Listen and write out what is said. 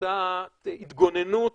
כתפיסת התגוננות